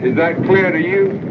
that clear to you?